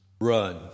Run